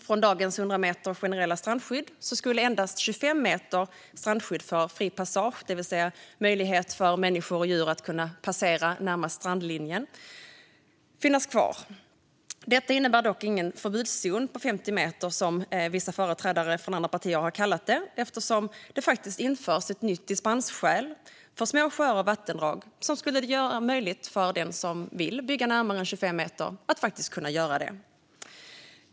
Från dagens generella strandskydd på 100 meter skulle endast 25 meter strandskydd för fri passage, det vill säga möjlighet för människor och djur att passera närmast strandlinjen, finnas kvar. Det innebär dock ingen så kallad förbudszon på 50 meter, som vissa företrädare från andra partier har kallat det, eftersom det faktiskt införs ett nytt dispensskäl för små sjöar och vattendrag som skulle göra det möjligt för den som vill bygga närmare än 25 meter att göra det.